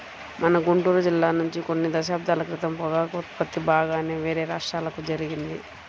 మన గుంటూరు జిల్లా నుంచి కొన్ని దశాబ్దాల క్రితం పొగాకు ఉత్పత్తి బాగానే వేరే రాష్ట్రాలకు జరిగింది